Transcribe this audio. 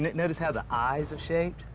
notice how the eyes are shaped?